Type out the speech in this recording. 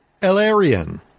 Elarian